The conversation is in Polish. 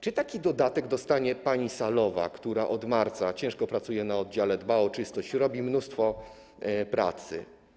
Czy taki dodatek dostanie pani salowa, która od marca ciężko pracuje na oddziale, dba o czystość, ma mnóstwo pracy?